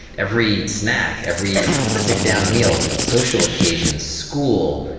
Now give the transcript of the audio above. every snack, every sit down meal, social occasions, school,